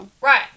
Right